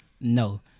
No